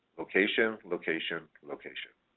location, location, location.